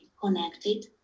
connected